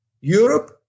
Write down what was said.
Europe